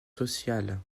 sociales